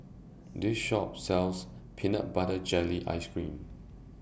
This Shop sells Peanut Butter Jelly Ice Cream